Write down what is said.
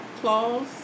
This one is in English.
Claws